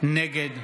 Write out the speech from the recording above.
נגד